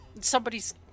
somebody's